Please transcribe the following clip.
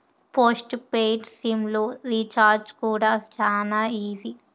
post paid sim లు recharge కూడా శానా ఈజీ